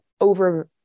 over